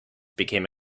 became